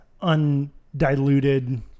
undiluted